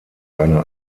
eine